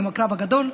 עם הקרב הגדול,